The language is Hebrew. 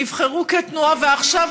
נבחרו כתנועה, ועכשיו,